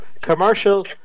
commercial